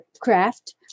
craft